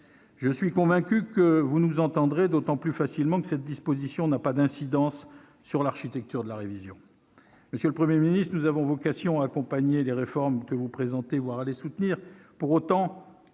Je suis convaincu que vous nous entendrez d'autant plus facilement que cette disposition n'a pas d'incidence sur l'architecture de la révision. Monsieur le Premier ministre, nous avons vocation à accompagner les réformes que vous présentez, voire à les soutenir.